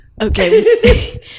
Okay